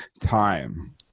Time